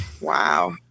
wow